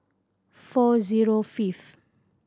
four zero fifth